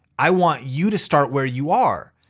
i want you to start where you are.